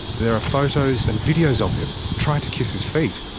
there are photos and videos of him trying to kiss his feet.